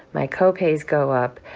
my co-pays go up,